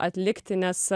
atlikti nes a